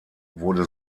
wurde